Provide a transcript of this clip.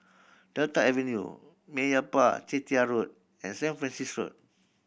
Delta Avenue Meyappa Chettiar Road and Saint Francis Road